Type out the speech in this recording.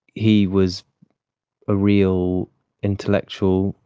he was a real intellectual,